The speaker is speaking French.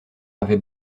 avait